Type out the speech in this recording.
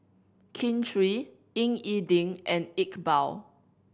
Kin Chui Ying E Ding and Iqbal